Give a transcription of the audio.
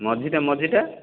ମଝିଟା ମଝିଟା